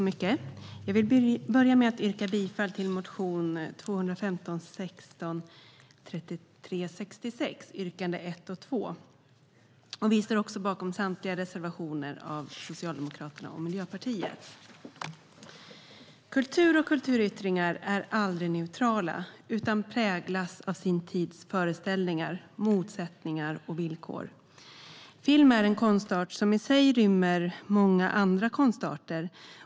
Herr talman! Jag yrkar bifall till motion 2015/16:3366, yrkande 1 och 2. Vänsterpartiet står också bakom samtliga reservationer från Socialdemokraterna och Miljöpartiet. Kultur och kulturyttringar är aldrig neutrala utan präglas av sin tids föreställningar, motsättningar och villkor. Film är en konstart som i sig rymmer många andra konstarter.